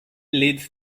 leads